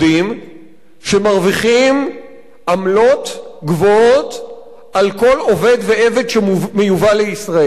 שמרוויחים עמלות גבוהות על כל עובד ועבד שמיובא לישראל.